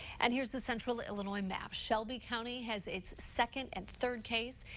and here's the central illinois map, shelby county has its second and third case.